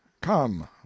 come